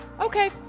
Okay